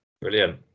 Brilliant